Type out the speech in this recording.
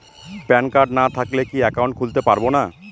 Pan card না থাকলে কি একাউন্ট খুলতে পারবো না?